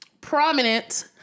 prominent